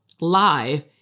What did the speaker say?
live